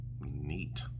Neat